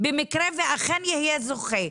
במקרה שאכן יהיה זוכה.